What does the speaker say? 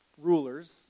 rulers